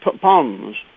ponds